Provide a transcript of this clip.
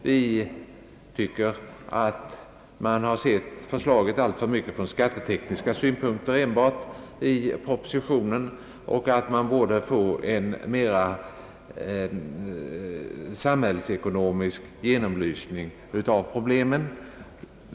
Vi tycker att man i propositionen sett saken alltför mycket från rent skattetekniska synpunkter och att det borde göras en noggrannare samhällsekonomisk genomlysning av problemen.